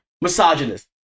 Misogynist